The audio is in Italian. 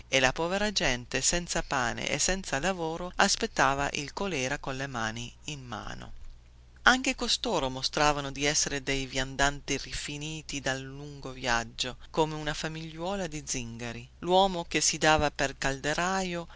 e la povera gente senza pane e senza lavoro aspettava il colèra colle mani in mano anche costoro mostravano di essere dei viandanti rifiniti dal lungo viaggio come una famigliuola di zingari luomo che si dava per calderaio